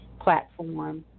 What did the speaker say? platform